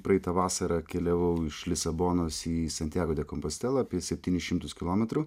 praeitą vasarą keliavau iš lisabonos į santjago de kompostelą apie septynis šimtus kilometrų